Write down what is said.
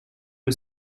que